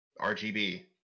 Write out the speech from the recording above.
RGB